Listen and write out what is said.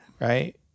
Right